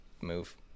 move